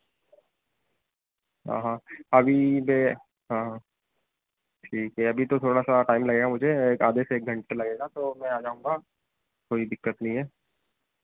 हाँ हाँ अभी मैं हाँ ठीक है अभी तो थोड़ा सा टाइम लगेगा मुझे आधे से एक घंटा लगेगा तो मैं आ जाऊंगा कोई दिक्कत नहीं है